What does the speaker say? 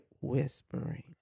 whispering